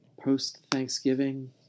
post-Thanksgiving